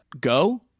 go